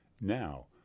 Now